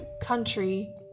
country